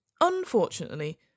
unfortunately